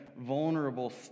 vulnerable